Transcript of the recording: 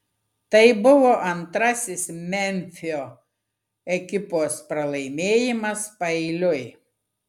tai buvo antrasis memfio ekipos pralaimėjimas paeiliui